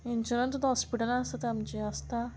insurance सुद्दां हॉस्पिटलां आसता आमची आसता